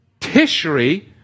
Tishri